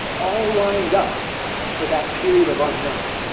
all lined up for that period of unknown.